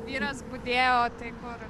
vyras budėjo tai kur